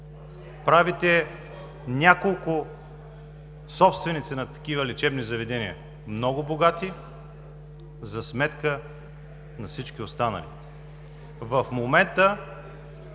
Правите няколко собственици на такива лечебни заведения много богати за сметка на всички останали. В момента,